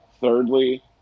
Thirdly